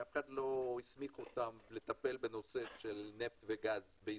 שאף אחד לא הסמיך אותם לטפל בנושא של נפט וגז בישראל,